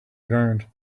ground